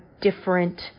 different